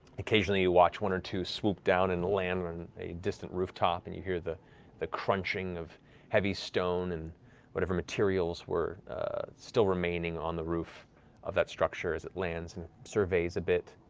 occasionally you watch one or two swoop down and land on a distant rooftop, and you hear the the crunching of heavy stone and whatever materials were still remaining on the roof of that structure as it lands and surveys a bit,